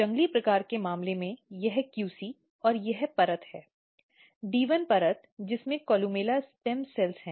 जंगली प्रकार के मामले में यह QC और यह परत है D 1 परत जिसमें कोलुमेला स्टेम कोशिकाएं हैं